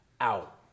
out